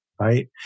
right